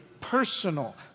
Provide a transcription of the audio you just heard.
personal